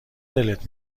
دلت